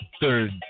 third